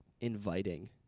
inviting